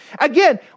Again